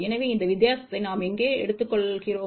எனவே அந்த வித்தியாசத்தை நாம் எங்கே எடுத்துக்கொள்கிறோம்